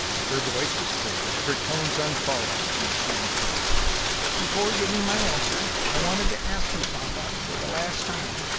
her voice was clear, her tones unfaltering, as she replied before giving my answer i wanted to ask you, papa, for the last time,